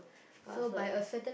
class work ah